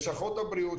לשכות הבריאות,